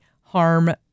harm